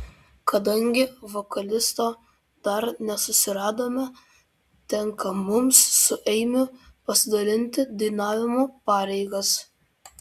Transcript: kadangi vokalisto dar nesusiradome tenka mums su eimiu pasidalinti dainavimo pareigas